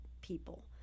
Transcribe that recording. people